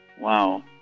Wow